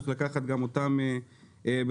צריך לקחת גם אותם בחשבון.